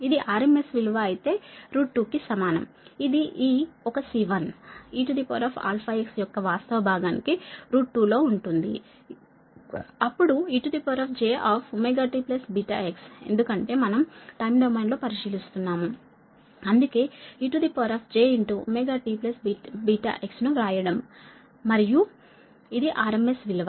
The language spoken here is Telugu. ఇది RMS విలువ అయితే 2 కి సమానం ఇది ఈ ఒక C1 eαx యొక్క వాస్తవ భాగానికి 2 లో ఉంటుంది అప్పుడు ejωtβx ఎందుకంటే మనం టైమ్ డొమైన్ లో పరిశీలిస్తున్నాము అందుకే ejωtβx ను వ్రాయడం మరియు ఇది RMS విలువ